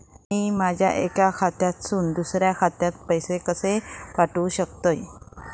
मी माझ्या एक्या खात्यासून दुसऱ्या खात्यात पैसे कशे पाठउक शकतय?